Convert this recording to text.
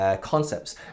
concepts